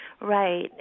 Right